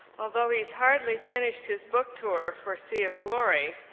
although he's hardly finished his book tour for sea of glory,